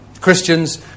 Christians